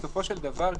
בסופו של דבר,